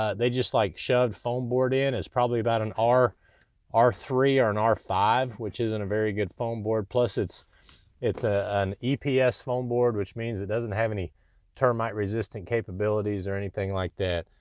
ah they just like shoved foam board in. it's probably about an r r three or and an r five, which isn't a very good foam board plus it's it's ah an eps foam board, which means it doesn't have any termite resistant capabilities or anything like that.